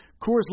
Coors